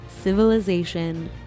Civilization